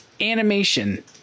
animation